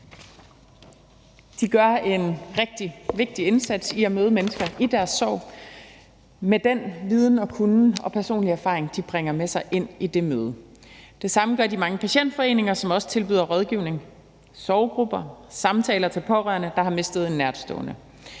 De gør en rigtig vigtig indsats i at møde mennesker i deres sorg med den viden og kunnen og personlige erfaring, de bringer med sig ind i det møde. Det samme gør de mange patientforeninger, som også tilbyder rådgivning, sorggrupper og samtaler med pårørende, der har mistet en nærtstående.